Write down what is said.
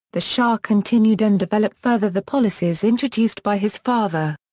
the shah continued and developed further the policies introduced by his father.